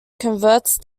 converts